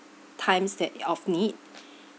times that it of need